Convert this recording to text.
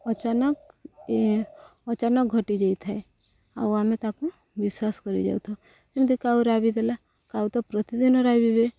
ଅଚାନକ ଏ ଅଚାନକ ଘଟି ଯାଇଥାଏ ଆଉ ଆମେ ତାକୁ ବିଶ୍ୱାସ କରି ଯାଉ ଥାଉ ଯେମିତି କାଉ ରାବି ଦେଲା କାଉ ତ ପ୍ରତିଦିନ ରାବିବେ